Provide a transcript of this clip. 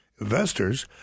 investors